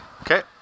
Okay